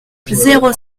zéro